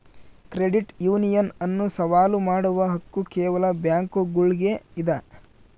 credit union ಅನ್ನು ಸವಾಲು ಮಾಡುವ ಹಕ್ಕು ಕೇವಲ ಬ್ಯಾಂಕುಗುಳ್ಗೆ ಇದ